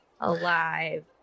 alive